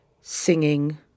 singing